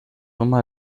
immer